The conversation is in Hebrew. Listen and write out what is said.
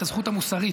את הזכות המוסרית.